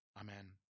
amen